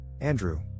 Andrew